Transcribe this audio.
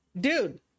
dude